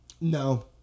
No